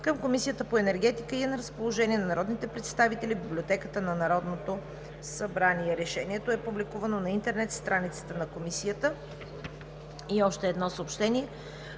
към Комисията по енергетика и е на разположение на народните представители в Библиотеката на Народното събрание. Решението е публикувано на интернет страницата на Комисията. От Националния